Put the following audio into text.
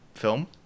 film